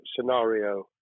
scenario